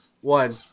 one